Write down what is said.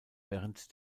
während